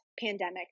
pandemic